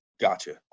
gotcha